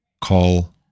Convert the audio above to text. call